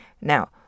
Now